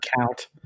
count